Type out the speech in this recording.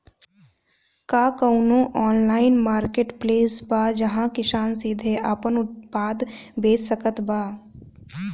का कउनों online marketplace बा जहां किसान सीधे आपन उत्पाद बेच सकत बा?